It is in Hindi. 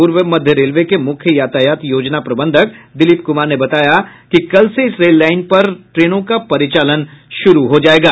पूर्व मध्य रेलवे के मुख्य यातायात योजना प्रबंधक दिलीप कुमार ने बताया कि कल से इस रेल लाईन पर ट्रेनों का परिचालन शुरू हो जाएगा